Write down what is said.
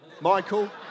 Michael